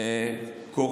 של יאיר גולן יותר טוב.